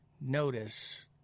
notice